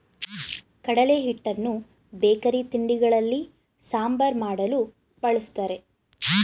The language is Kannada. ಕಡಲೆ ಹಿಟ್ಟನ್ನು ಬೇಕರಿ ತಿಂಡಿಗಳಲ್ಲಿ, ಸಾಂಬಾರ್ ಮಾಡಲು, ಬಳ್ಸತ್ತರೆ